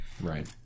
Right